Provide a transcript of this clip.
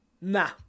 nah